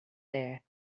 there